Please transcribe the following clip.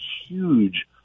huge